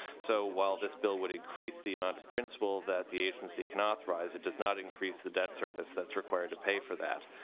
so while this bill would increase the amount of principal that the agency can authorize it does not increase the debt service that's required to pay for that.